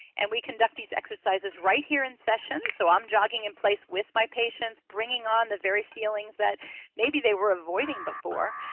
and we conduct these exercises right here in session. so i'm jogging in place with my patients, bringing on the very feelings that maybe they were avoiding before.